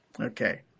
Okay